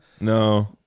no